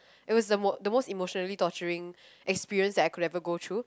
it was the most the most emotionally torturing experience that I could ever go through